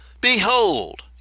Behold